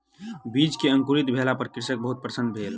बीज के अंकुरित भेला पर कृषक बहुत प्रसन्न भेल